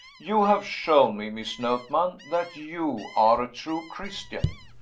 you have shown me, miss notman, that you are a true christian.